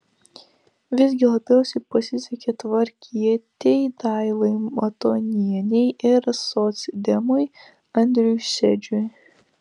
visgi labiausiai pasisekė tvarkietei daivai matonienei ir socdemui andriui šedžiui